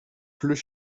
pleut